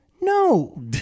no